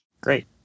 Great